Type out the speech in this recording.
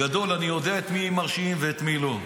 אני יודע את מי הם מרשיעים ואת מי לא.